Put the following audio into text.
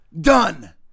Done